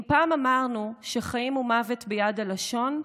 אם פעם אמרנו שחיים ומוות ביד הלשון,